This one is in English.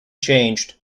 changed